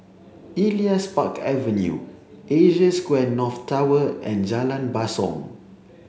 Elias Park Avenue Asia Square North Tower and Jalan Basong